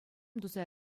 туса